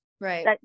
Right